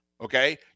Okay